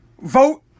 Vote